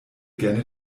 gerne